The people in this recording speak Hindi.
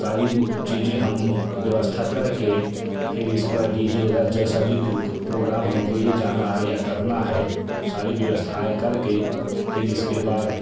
सारी चीजें हम व्यवस्था करके फिर इसके बाद डी जे ज जैसा प्रोग्राम हमको ले जाना है या करना है सारी व्यवस्थाएँ करके फिर इसके बाद